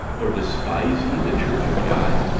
or despise ye the church of god,